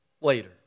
later